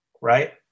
right